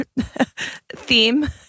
theme